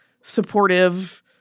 supportive